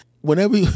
whenever